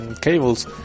Cables